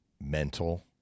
mental